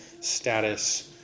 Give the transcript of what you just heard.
status